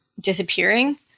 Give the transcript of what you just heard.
disappearing